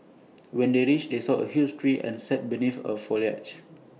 when they reached they saw A huge tree and sat beneath the foliage